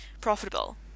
profitable